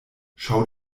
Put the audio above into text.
schau